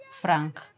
Frank